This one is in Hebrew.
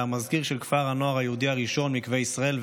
היה המזכיר של כפר הנוער היהודי הראשון מקווה ישראל,